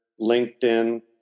LinkedIn